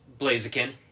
Blaziken